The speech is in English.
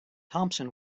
thompson